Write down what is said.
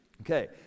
Okay